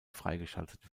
freigeschaltet